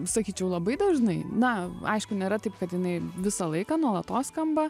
sakyčiau labai dažnai na aišku nėra taip kad jinai visą laiką nuolatos skamba